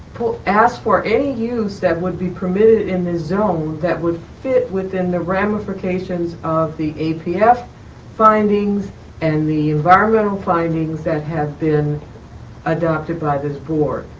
asks for any use that would be permitted in the zone that would fit within the ramifications of the apf the apf findings and the environmental findings that have been adopted by this board.